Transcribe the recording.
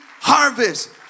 harvest